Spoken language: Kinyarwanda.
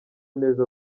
neza